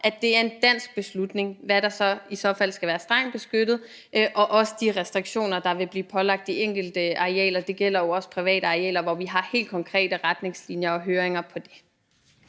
at det er en dansk beslutning, hvad der så i så fald skal være strengt beskyttet natur, og også i forhold til de restriktioner, der vil blive pålagt de enkelte arealer – det gælder jo også private arealer, hvor vi har helt konkrete retningslinjer og høringer i